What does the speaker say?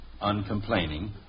uncomplaining